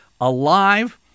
alive